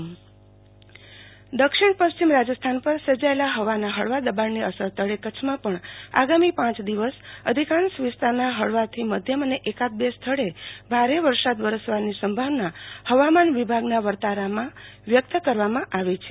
આરતી ભક્ટ હવામાન વિભાગ દ્વારા આગાહી દક્ષિણ પશ્ચિમ રાજસ્થાન પર સર્જાયેલા હવાના હળવા દબાણની અસર તળે કચ્છમાં પણ આગામી પાંચદિવસ અધિકાંશ વિસ્તારના હળવાથી મધ્યમ અને એકાદ બે સ્થળે ભારે વરસાદ વરસવાની સંભાવના હવામાન વીભાગના વર્તારામાં વ્યક્ત કરવામાં આવી છે